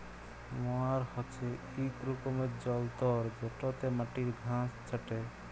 ময়ার হছে ইক রকমের যল্তর যেটতে মাটির ঘাঁস ছাঁটে